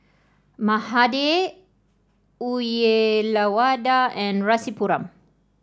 Mahade Uyyalawada and Rasipuram